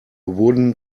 wooden